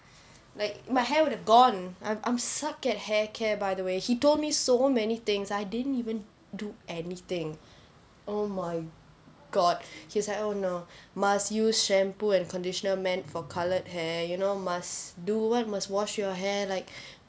like my hair would have gone I'm I'm suck at hair care by the way he told me so many things I didn't even do anything oh my god he was like oh no must use shampoo and conditioner meant for coloured hair you know must do one must wash your hair like